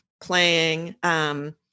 playing